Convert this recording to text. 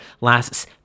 lasts